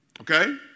Okay